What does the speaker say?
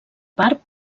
part